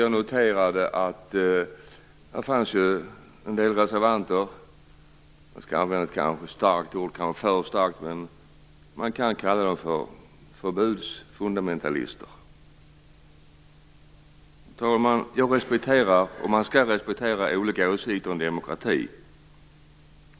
Jag noterade att det fanns en del reservanter. Jag skall använda ett starkt ord. Det är kanske för starkt, men man kan kalla dem för förbudsfundamentalister. Fru talman! Jag respekterar, och vi skall respektera, olika åsikter i en demokrati.